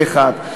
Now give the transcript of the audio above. פה-אחד.